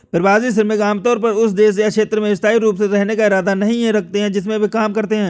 प्रवासी श्रमिक आमतौर पर उस देश या क्षेत्र में स्थायी रूप से रहने का इरादा नहीं रखते हैं जिसमें वे काम करते हैं